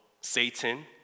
Satan